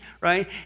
right